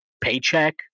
paycheck